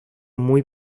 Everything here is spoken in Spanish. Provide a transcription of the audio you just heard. muy